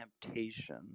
temptation